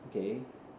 okay